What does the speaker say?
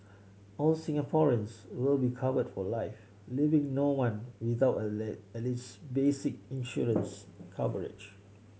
all Singaporeans will be covered for life leaving no one without at least basic insurance coverage